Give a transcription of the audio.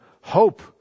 hope